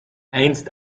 einst